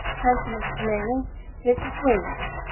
thank you missus mini this is williams